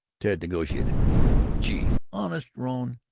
ted negotiated gee, honest, rone,